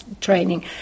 training